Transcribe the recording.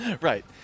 right